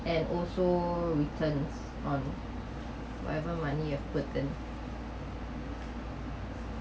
and also returns on whatever money you have put in